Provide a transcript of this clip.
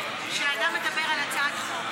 מדבר על הצעת חוק,